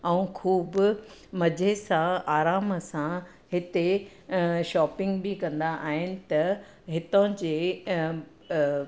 ऐं ख़ूब मज़े सां आराम सां हिते शॉपिंग बि कंदा आहिनि त हितांजे